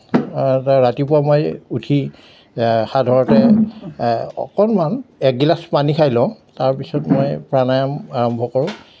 ৰাতিপুৱা মই উঠি সাধাৰণতে অকণমান এগিলাছ পানী খাই লওঁ তাৰ পিছত মই প্ৰাণায়াম আৰম্ভ কৰোঁ